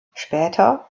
später